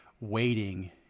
waiting